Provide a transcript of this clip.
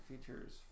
features